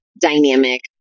dynamic